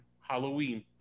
Halloween